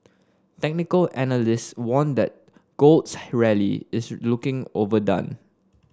technical analysts warned that gold's rally is looking overdone